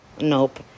nope